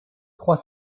trois